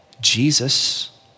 Jesus